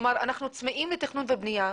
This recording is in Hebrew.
כלומר, אנחנו צמאים לתכנון ובנייה.